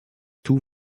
tout